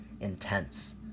intense